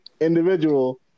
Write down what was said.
individual